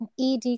ED